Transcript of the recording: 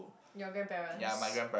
your grandparents